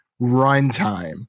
runtime